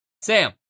Sam